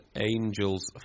angels